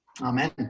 Amen